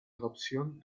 adopción